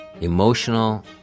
emotional